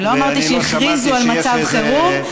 אני לא אמרתי שהכריזו על מצב חירום.